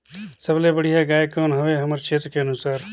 सबले बढ़िया गाय कौन हवे हमर क्षेत्र के अनुसार?